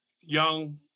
young